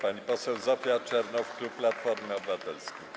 Pani poseł Zofia Czernow, klub Platformy Obywatelskiej.